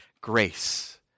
Grace